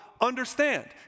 understand